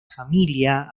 familia